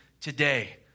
today